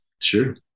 Sure